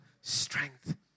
strength